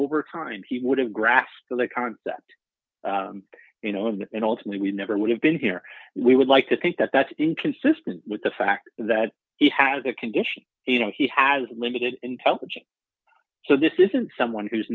over time he would have grasped the concept you know and ultimately we never would have been here we would like to think that that's inconsistent with the fact that he has a condition you know he has limited intelligence so this isn't someone who's